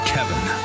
Kevin